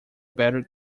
better